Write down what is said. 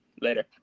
later